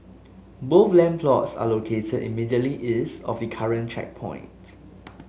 both land plots are located immediately east of the current checkpoint